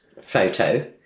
photo